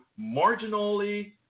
marginally